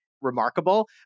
remarkable